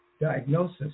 diagnosis